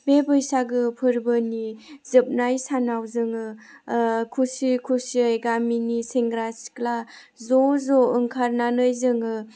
बे बैसागो फोरबोनि जोबनाय सानाव जोङो खुसि खुसियै गामिनि सेंग्रा सिख्ला ज' ज' ओंखारनानै जोङो